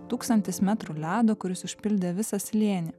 tūkstantis metrų ledo kuris užpildė visą slėnį